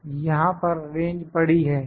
यहां पर रेंज बड़ी है